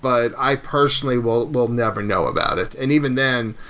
but i personally will will never know about it. and even then,